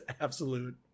absolute